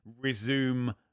resume